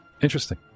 interesting